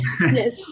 yes